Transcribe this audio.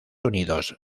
unidos